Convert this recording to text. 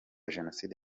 jenoside